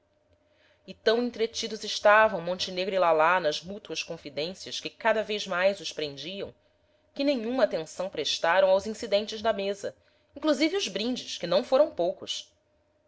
e tão entretidos estavam montenegro e lalá nas mútuas confidências que cada vez mais os prendiam que nenhuma atenção prestaram aos incidentes da mesa inclusive os brindes que não foram poucos